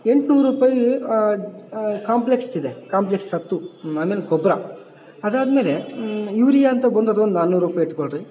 ಎಂಟ್ನೂರು ರುಪಾಯ್ ಕಾಂಪ್ಲೆಕ್ಸ್ ಇದೆ ಕಾಂಪ್ಲೆಕ್ಸ್ ಹತ್ತು ಆಮೇಲೆ ಗೊಬ್ಬರ ಅದಾದ್ಮೇಲೆ ಯೂರಿಯ ಅಂತ ಬಂದದು ಒಂದು ನಾನೂರು ರುಪಾಯ್ ಇಟ್ಕೊಳ್ರಿ